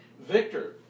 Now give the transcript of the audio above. Victor